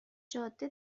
جاده